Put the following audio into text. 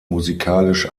musikalisch